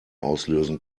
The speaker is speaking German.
auslösen